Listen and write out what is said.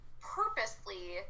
purposely